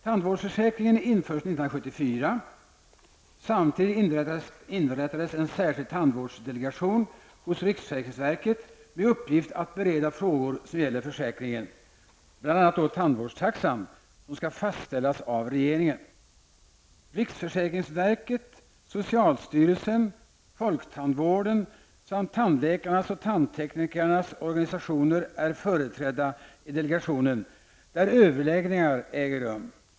Tandvårdsförsäkringen infördes 1974. Samtidigt inrättades en särskild tandvårdsdelegation hos riksförsäkringsverket med uppgift att bereda frågor som gäller försäkringen, bl.a. tandvårdstaxan, som skall fastställas av regeringen. Riksförsäkringsverket, socialstyrelsen, folktandvården samt tandläkarnas och tandteknikernas organisationer är företrädda i delegationen, där överläggningar äger rum.